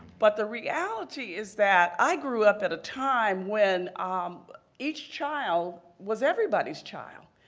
but the reality is that i grew up at a time when each child was everybody's child.